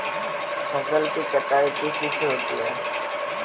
फसल की कटाई किस चीज से होती है?